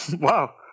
Wow